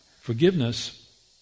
Forgiveness